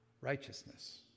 righteousness